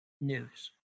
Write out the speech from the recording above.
news